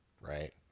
right